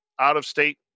out-of-state